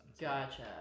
Gotcha